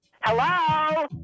Hello